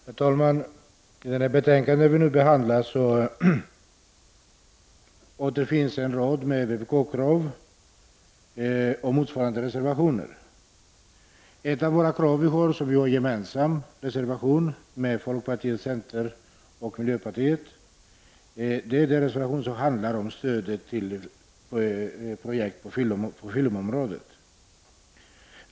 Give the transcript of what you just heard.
Herr talman! I det betänkande som vi nu behandlar återfinns en rad vpkkrav och motsvarande reservationer. Ett av våra krav, och där vi har en gemensam reservation med folkpartiet, centern och miljöpartiet, handlar om medel för Bidrag till projekt på filmområdet.